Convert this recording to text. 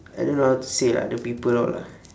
I don't know how to say ah the people all ah